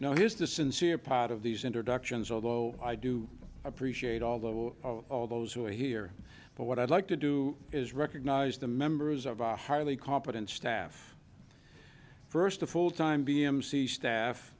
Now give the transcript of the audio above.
frenzy now here's the sincere part of these introductions although i do appreciate all the all those who are here but what i'd like to do is recognize the members of our highly competent staff first a full time b m c staff